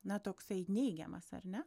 na toksai neigiamas ar ne